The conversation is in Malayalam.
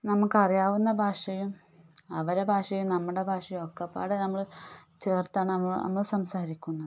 നമുക്കറിയാവുന്ന ഭാഷയും അവരുടെ ഭാഷയും നമ്മുടെ ഭാഷയും ഒക്കെപ്പാടെ നമ്മൾ ചേർത്താണ് നമ്മൾ സംസാരിക്കുന്നത്